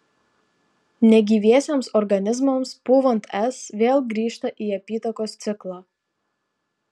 negyviesiems organizmams pūvant s vėl grįžta į apytakos ciklą